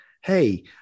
Hey